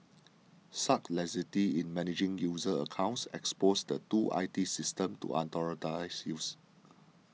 such laxity in managing user accounts exposes the two I T systems to unauthorised used